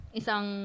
isang